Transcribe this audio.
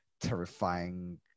terrifying